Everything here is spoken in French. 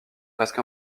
presque